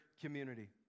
community